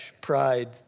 pride